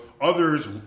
others